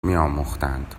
میآموختند